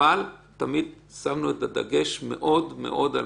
אבל תמיד שמנו את הדגש מאוד-מאוד על